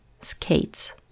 skates